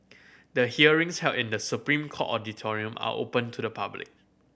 the hearings held in The Supreme Court auditorium are open to the public